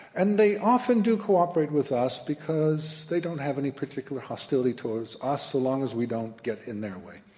and they often do cooperate with us because they don't have any particular hostility towards us so long as we don't get in their way.